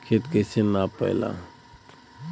खेत कैसे नपाला?